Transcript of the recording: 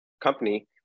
company